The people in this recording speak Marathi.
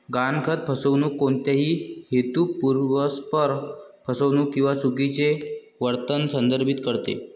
गहाणखत फसवणूक कोणत्याही हेतुपुरस्सर फसवणूक किंवा चुकीचे वर्णन संदर्भित करते